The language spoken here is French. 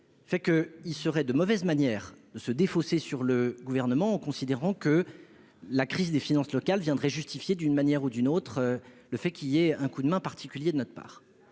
lors, il serait de mauvaise manière de se défausser sur le Gouvernement, en considérant que la crise des finances locales viendrait justifier d'une manière ou d'une autre un appel à un coup de main particulier de notre part.